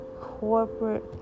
corporate